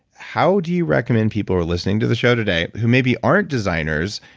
how do you recommend people are listening to the show today who maybe aren't designers,